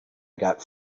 got